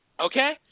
okay